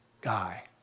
guy